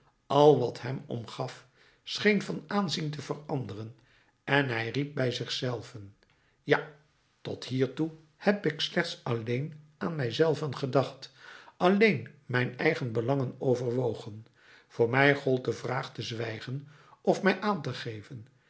al wat hem omgaf scheen van aanzien te veranderen en hij riep bij zich zelven ja tot hiertoe heb ik slechts alleen aan mij zelven gedacht alleen mijn eigen belangen overwogen voor mij gold de vraag te zwijgen of mij aan te geven